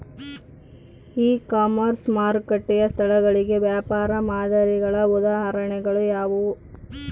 E commerce ಮಾರುಕಟ್ಟೆ ಸ್ಥಳಗಳಿಗೆ ವ್ಯಾಪಾರ ಮಾದರಿಗಳ ಉದಾಹರಣೆಗಳು ಯಾವುವು?